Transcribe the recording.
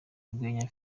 urwenya